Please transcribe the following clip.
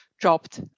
dropped